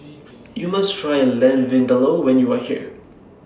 YOU must Try Lamb Vindaloo when YOU Are here